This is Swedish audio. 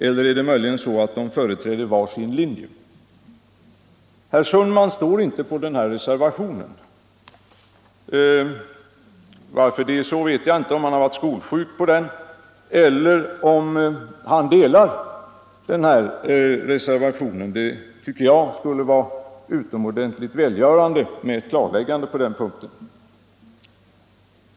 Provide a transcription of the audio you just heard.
Eller företräder de möjligen var sin linje? Herr Sundman står inte på den här reservationen. Varför vet jag inte — kanske var han skolsjuk. Eller ansluter han sig till vad som står i reservationen? Det skulle vara utomordentligt välgörande med ett klarläggande på den punkten.